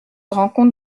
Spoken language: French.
rencontre